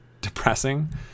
depressing